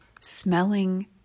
smelling